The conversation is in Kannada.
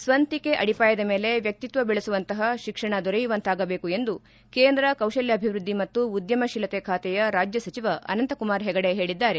ಸ್ವಂತಿಕ ಅಡಿಪಾಯದ ಮೇಲೆ ವ್ಯಕ್ತಿತ್ವ ಬೆಳೆಸುವಂತಪ ಶಿಕ್ಷಣ ದೊರೆಯುವಂತಾಗಬೇಕು ಎಂದು ಕೇಂದ್ರ ಕೌಶಲ್ಕಾಭಿವ್ಯದ್ದಿ ಮತ್ತು ಉದ್ಯಮಶೀಲತೆ ಖಾತೆಯ ರಾಜ್ಞ ಸಚಿವ ಅನಂತ ಕುಮಾರ್ ಹೆಗಡೆ ಹೇಳಿದ್ದಾರೆ